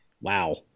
wow